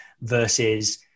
versus